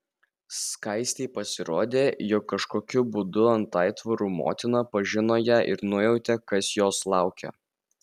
skaistei pasirodė jog kažkokiu būdu aitvarų motina pažino ją ir nujautė kas jos laukia